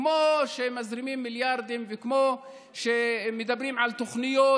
כמו שמזרימים מיליארדים וכמו שמדברים על תוכניות,